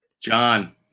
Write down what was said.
John